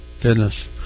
Goodness